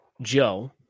Joe